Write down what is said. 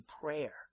prayer